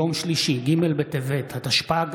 יום שלישי ג' בטבת התשפ"ג,